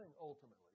ultimately